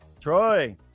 Troy